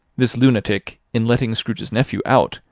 this lunatic, in letting scrooge's nephew out,